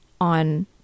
on